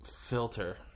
Filter